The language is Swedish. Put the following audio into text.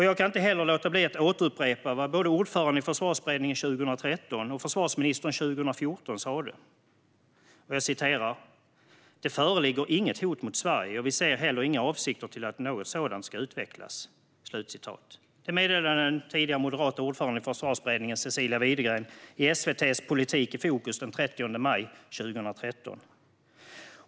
Jag kan inte låta bli att upprepa vad ordföranden i Försvarsberedningen 2013 sa och vad försvarsministern 2014 sa. "Det föreligger inget hot mot Sverige och vi ser heller inga avsikter till att något sådant ska utvecklas." Det meddelade den moderata ordföranden i Försvarsberedningen, Cecilia Widegren, i SVT:s Politik i fokus den 30 maj 2013.